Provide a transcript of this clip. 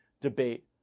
debate